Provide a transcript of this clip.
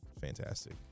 fantastic